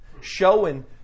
Showing